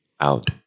Out